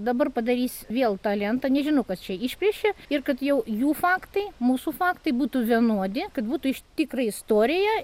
dabar padarys vėl tą lentą nežinau kas čia išplėšė ir kad jau jų faktai mūsų faktai būtų vienodi kad būtų iš tikra istorija